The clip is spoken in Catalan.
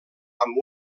amb